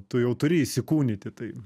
tu jau turi įsikūnyt į tai